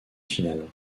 finale